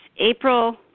April